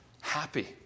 happy